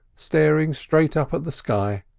staring straight up at the sky.